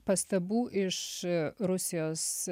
pastabų iš rusijos